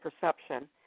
perception